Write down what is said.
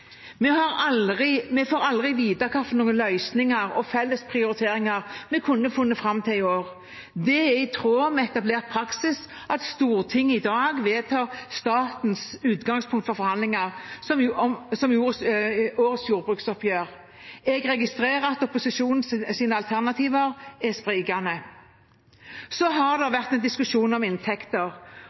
Vi får aldri vite hvilke løsninger og felles prioriteringer vi kunne funnet fram til i år. Det er i tråd med etablert praksis at Stortinget i dag vedtar statens utgangspunkt for forhandlinger som årets jordbruksoppgjør. Jeg registrerer at opposisjonens alternativer er sprikende. Så har det vært en diskusjon om inntekter,